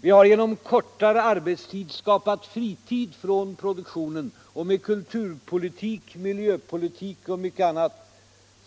Vi har genom kortare arbetstid skapat fritid från produktionen och med kulturpolitik, miljöpolitik och mycket annat